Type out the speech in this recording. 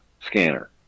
scanner